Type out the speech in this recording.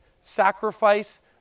Sacrifice